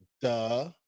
Duh